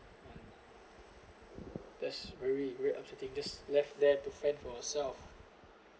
and that's very very upsetting just left there to fend for yourself